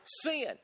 sin